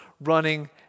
running